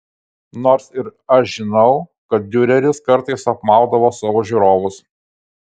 nors ir aš žinau kad diureris kartais apmaudavo savo žiūrovus